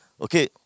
Okay